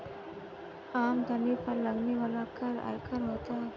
आमदनी पर लगने वाला कर आयकर होता है